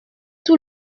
tout